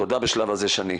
תודה בשלב זה שני.